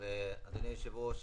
אדוני היושב ראש,